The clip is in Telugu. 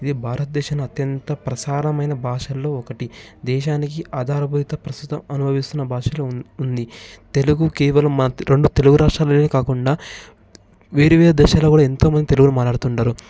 ఇది భారతదేశంలో అత్యంత ప్రసారమైన భాషలలో ఒకటి దేశానికి ఆధారభరిత ప్రస్తుతం అనుభవిస్తున్న భాషలో ఉన్ ఉంది తెలుగు కేవలం మాతృ రెండు తెలుగు రాష్ట్రాల కాకుండా వేరేవేరే దేశాలలో కూడా ఎంతో మంది తెలుగులో మాట్లాడుతు ఉంటారు